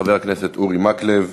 חבר הכנסת אורי מקלב,